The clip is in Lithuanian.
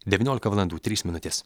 devyniolika valandų trys minutės